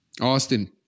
Austin